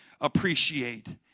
appreciate